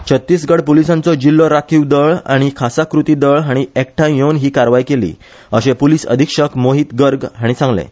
छत्तीसगढ पुलिसांचो जिल्हो राखीव दळ आनी खासा कृती दळ हाणी एकठांय येवन हि कारवाय केली अशें पुलिस अधिक्षक मोहित गर्ग हाणी सांगलें